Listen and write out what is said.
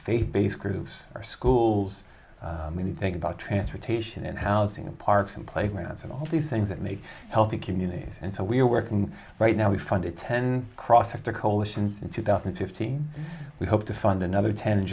faith based groups our schools when you think about transportation and housing and parks and playgrounds and all these things that make healthy communities and so we're working right now we funded ten cross at the coalition in two thousand and fifteen we hope to fund another ten in